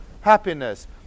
happiness